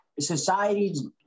society's